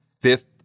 fifth